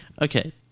Okay